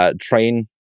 train